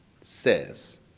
says